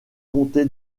comté